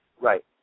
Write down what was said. Right